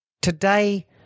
Today